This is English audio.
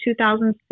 2006